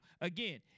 again